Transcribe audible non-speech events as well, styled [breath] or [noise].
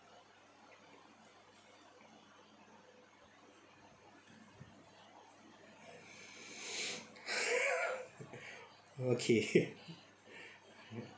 [breath] [laughs] okay [laughs]